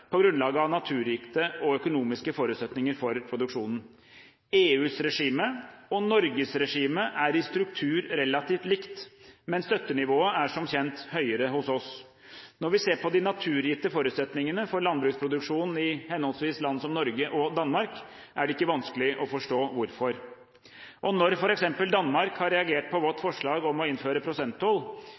på grunnlag av naturgitte og økonomiske forutsetninger for produksjonen. EUs regime og Norges regime er i struktur relativt like, men støttenivået er som kjent høyere hos oss. Når vi ser på de naturgitte forutsetningene for landbruksproduksjonen i land som henholdsvis Norge og Danmark, er det ikke vanskelig å forstå hvorfor. Og når f.eks. Danmark har reagert på vårt forslag om å innføre prosenttoll,